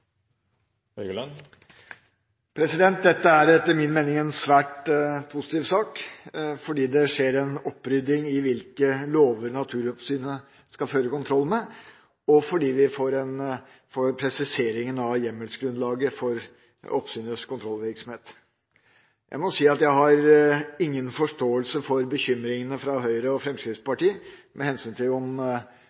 til. Dette er etter min mening en svært positiv sak – fordi det skjer en opprydding i hvilke lover naturoppsynet skal føre kontroll med, og fordi vi får en presisering av hjemmelsgrunnlaget for oppsynets kontrollvirksomhet. Jeg har liten forståelse for bekymringene fra Høyre og Fremskrittspartiet med hensyn til om